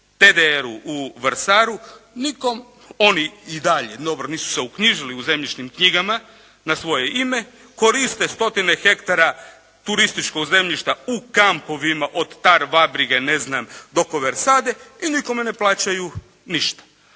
TDR-u u Vrsaru. Nikome oni i dalje, dobro nisu se uknjižili u zemljišnim knjigama na svoje ime koriste stotine hektara turističkog zemljišta u kampovima od Tar Vabrige ne znam do Koversade i nikome ne plaćaju ništa.